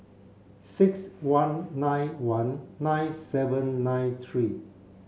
six one nine one nine seven nine three